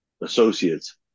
associates